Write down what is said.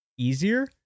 Easier